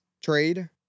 trade